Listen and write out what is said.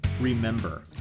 Remember